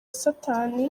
satani